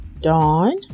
dawn